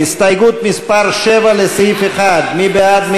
הסתייגות מס' 7 לסעיף 1, מי בעד?